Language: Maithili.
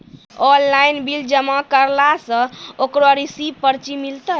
ऑनलाइन बिल जमा करला से ओकरौ रिसीव पर्ची मिलतै?